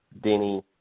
Denny